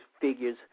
figures